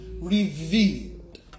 revealed